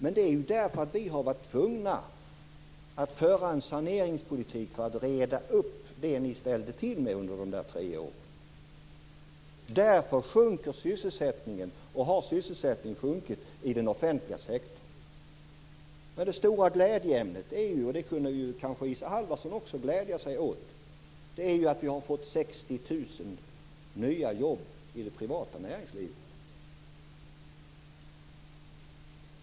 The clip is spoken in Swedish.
Men det är ju därför att vi har varit tvungna att föra en saneringspolitik för att reda upp det ni ställde till med under de där tre åren. Därför sjunker sysselsättningen. Därför har sysselsättningen sjunkit i den offentliga sektorn. Men det stora glädjeämnet, och det kunde kanske Isa Halvarsson också glädja sig åt, är ju att vi har fått 60 000 nya jobb i det privata näringslivet.